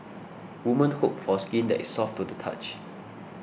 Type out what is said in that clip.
women hope for skin that is soft to touch